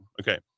Okay